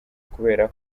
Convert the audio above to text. kubera